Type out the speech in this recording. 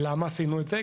למה עשינו את זה?